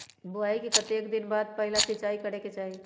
बोआई के कतेक दिन बाद पहिला सिंचाई करे के चाही?